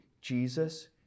Jesus